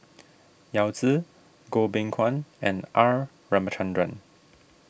Yao Zi Goh Beng Kwan and R Ramachandran